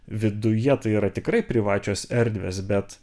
viduje tai yra tikrai privačios erdvės bet